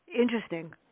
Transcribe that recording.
interesting